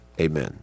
amen